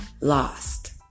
lost